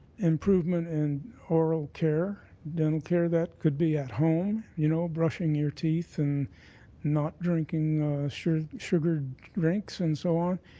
improvement in oral care, dental care. that could be at home, you know brushing your teeth and not drinking sugared sugared drinks and so on.